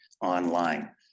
online